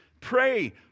Pray